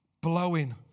blowing